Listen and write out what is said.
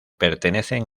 pertenecen